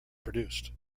produced